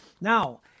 Now